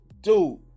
Dude